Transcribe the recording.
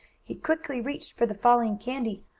he quickly reached for the falling candy,